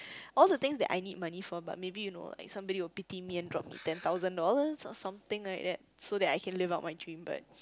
all the things that I need money for but maybe you know like somebody would pity me and drop me ten thousand dollars or something like that so that I can live up my dream but